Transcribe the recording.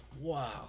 Wow